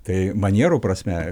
tai manierų prasme